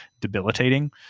debilitating